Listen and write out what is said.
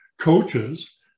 coaches